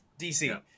DC